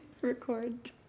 record